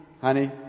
Honey